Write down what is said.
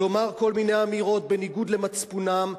לומר כל מיני אמירות בניגוד למצפונם,